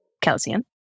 calcium